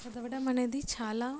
చదవడం అనేది చాలా